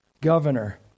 governor